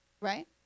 right